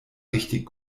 richtig